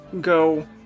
go